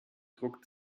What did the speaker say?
druck